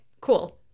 cool